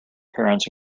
parents